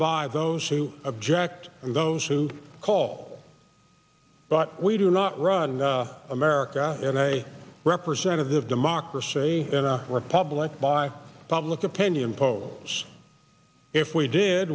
by those who object and those who call but we do not run america in a representative democracy and a republic by public opinion polls if we did